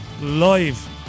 live